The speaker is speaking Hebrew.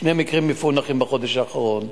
שני מקרים מפוענחים בחודש האחרון,